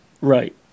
Right